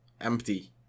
empty